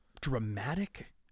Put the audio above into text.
dramatic